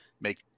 make